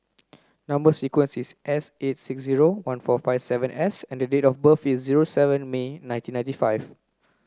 number sequence is S eight six zero one four five seven S and date of birth is zero seven May nineteen ninety five